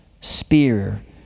spear